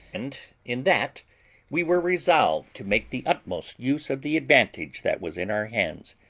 and in that we were resolved to make the utmost use of the advantage that was in our hands,